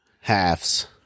Halves